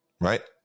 Right